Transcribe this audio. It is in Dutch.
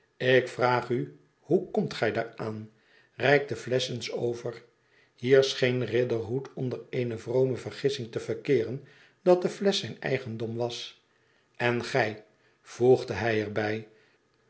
ik vraag u hoe komt gij daaraan reik de flesch eens over hier scheen riderhood onder eene vrome verehsing te verkeeren dat de flesch zijn eigendom was n gij voegde hij er